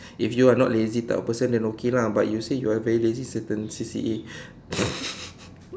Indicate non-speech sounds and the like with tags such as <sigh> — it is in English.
if you're not lazy type of person then okay lah but you said you're very lazy to attend C_C_A <breath>